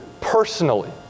personally